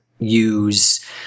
use